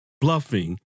bluffing